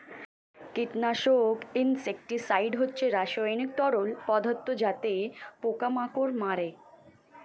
কীটনাশক ইনসেক্টিসাইড হচ্ছে রাসায়নিক তরল পদার্থ যাতে পোকা মাকড় মারে